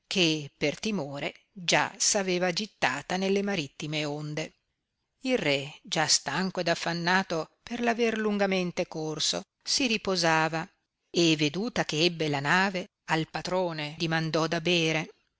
che per timore già s'aveva gittata nelle marittime onde il re già stanco ed affannato per aver lungamente corso si riposava e veduta che ebbe la nave al patrone dimandò da bere